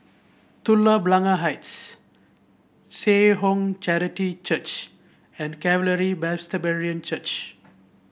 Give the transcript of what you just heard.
Telok Blangah Heights Seh Ong Charity Church and Calvary Presbyterian Church